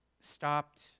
stopped